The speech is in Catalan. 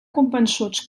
convençuts